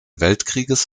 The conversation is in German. weltkrieges